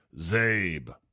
Zabe